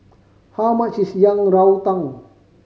how much is Yang Rou Tang